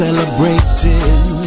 Celebrating